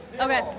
Okay